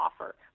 offer